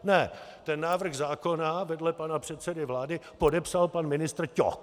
Ne, ten návrh zákona vedle pana předsedy vlády podepsal pan ministr Ťok!